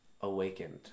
awakened